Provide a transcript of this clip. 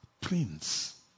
Prince